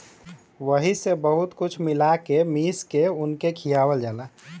वही मे बहुत कुछ मिला के मीस के उनके खियावल जाला